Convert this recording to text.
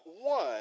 One